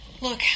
Look